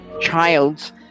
Child's